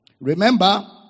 Remember